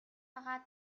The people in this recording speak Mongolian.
агаад